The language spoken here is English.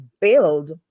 build